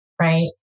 Right